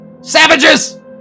Savages